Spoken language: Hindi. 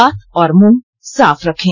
हाथ और मुंह साफ रखें